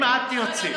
אם את תרצי.